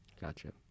gotcha